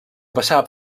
passar